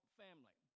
family